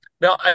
Now